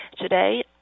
today